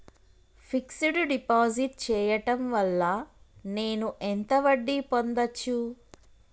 Fix డ్ deposit చేయటం వల్ల నేను ఎంత వడ్డీ పొందచ్చు?